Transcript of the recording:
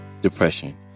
depression